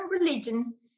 religions